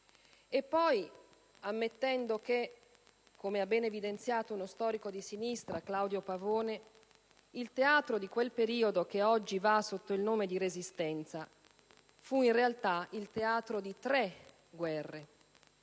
E poi, ammettendo che, come ha ben evidenziato uno storico di sinistra, Claudio Pavone, il teatro di quel periodo che oggi va sotto il nome di Resistenza fu, in realtà, il teatro di tre guerre: